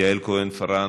יעל כהן-פארן,